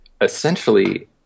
essentially